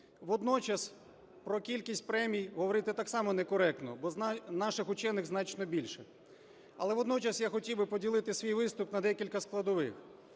Водночас про кількість премій говорити так само некоректно, бо наших вчених значно більше. Але водночас я хотів би поділити свій виступ на декілька складових.